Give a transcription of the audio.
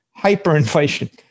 Hyperinflation